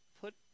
put